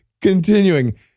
Continuing